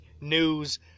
news